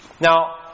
Now